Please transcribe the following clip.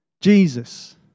Jesus